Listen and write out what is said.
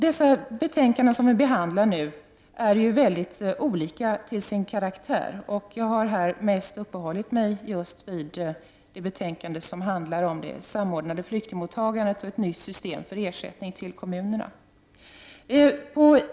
De betänkanden som nu behandlas är mycket olika till sin karaktär, och jag har här mest uppehållit mig just vid det betänkande som handlar om ett samordnat flyktingmottagande och ett nytt system för ersättning till kommunerna.